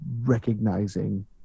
recognizing